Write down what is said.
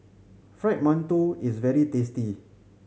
Fried Mantou is very tasty